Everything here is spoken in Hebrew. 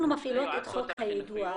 אנחנו מפעילים את חוק היידוע,